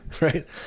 Right